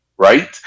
Right